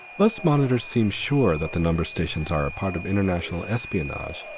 most monitors seem sure that the numbers stations are a part of international espionage,